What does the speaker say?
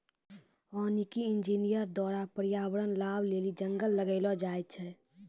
वानिकी इंजीनियर द्वारा प्रर्यावरण लाभ लेली जंगल लगैलो जाय छै